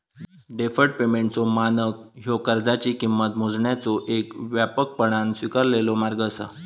deferred पेमेंटचो मानक ह्यो कर्जाची किंमत मोजण्याचो येक व्यापकपणान स्वीकारलेलो मार्ग असा